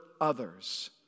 others